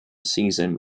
season